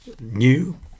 new